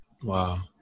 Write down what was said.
Wow